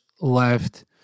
left